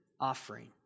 offering